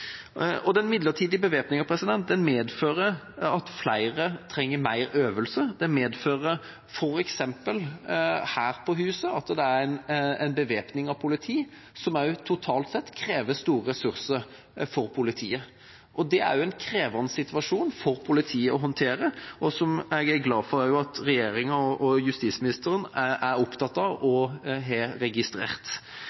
bevæpning. Den midlertidige bevæpninga medfører at flere trenger mer øvelse. Det medfører f.eks. her på huset at det er bevæpning av politiet, som også totalt sett krever store ressurser for politiet. Det er også en krevende situasjon for politiet å håndtere, som jeg er glad for at regjeringa og justisministeren er opptatt av og har registrert.